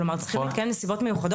כלומר צריך להיות כן נסיבות מיוחדות